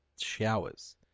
showers